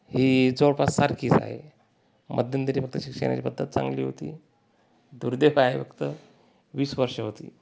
ही जवळपास सारखीच आहे मध्यंतरी फक्त शिक्षणाची पद्धत चांगली होती दुर्देव आहे फक्त वीस वर्षं होती